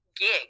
gig